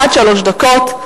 עד שלוש דקות.